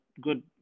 good